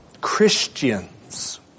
Christians